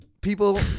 people